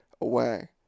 away